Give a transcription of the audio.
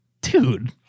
dude